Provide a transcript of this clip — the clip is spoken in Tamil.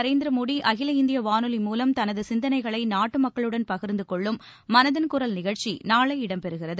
நரேந்திர மோடி அகில இந்திய வானொலி மூலம் தனது சிந்தனைகளை நாட்டு மக்களுடன் பகிர்ந்து கொள்ளும் மனதின் குரல் நிகழ்ச்சி நாளை இடம்பெறுகிறது